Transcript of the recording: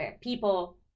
people